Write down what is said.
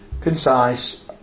concise